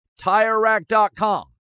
TireRack.com